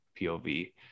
POV